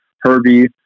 Herbie